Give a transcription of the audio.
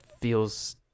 feels